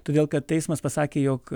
todėl kad teismas pasakė jog